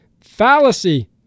fallacy